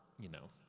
you know,